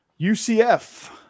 UCF